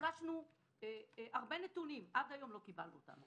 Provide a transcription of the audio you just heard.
ביקשנו הרבה נתונים אולם עד היום לא קיבלנו אותם.